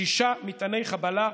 שישה מטעני חבלה,